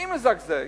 מי מזגזג,